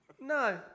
No